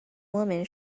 woman